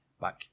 back